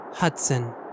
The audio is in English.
Hudson